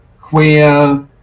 queer